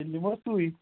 تیٚلِہِ نِمو سُے